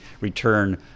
return